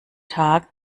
tag